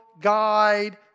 guide